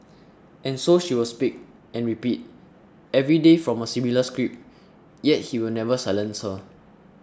and so she will speak and repeat every day from a similar script yet he will never silence her